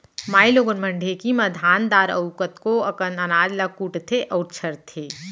माइलोगन मन ढेंकी म धान दार अउ कतको अकन अनाज ल कुटथें अउ छरथें